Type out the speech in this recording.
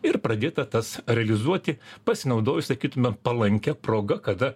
ir pradėta tas realizuoti pasinaudojus sakytumėm palankia proga kada